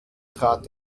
trat